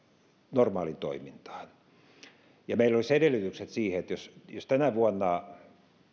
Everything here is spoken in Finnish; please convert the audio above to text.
normaaliin toimintaan meillä olisi edellytykset siihen jos jos tänä vuonna